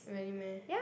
really meh